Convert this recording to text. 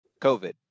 COVID